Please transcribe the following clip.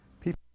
People